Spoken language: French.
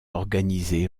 organisés